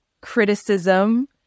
criticism